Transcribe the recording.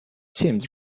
seems